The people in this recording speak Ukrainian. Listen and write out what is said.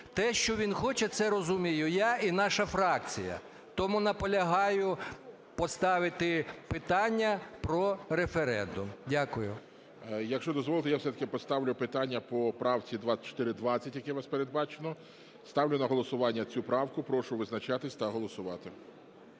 Те, що він хоче, це розумію, я і наша фракція. Тому наполягаю поставити питання про референдум. Дякую. ГОЛОВУЮЧИЙ. Якщо дозволите, я все-таки поставлю питання по правці 2420, яке у вас передбачено. Ставлю на голосування цю правку. Прошу визначатись та голосувати.